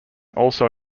also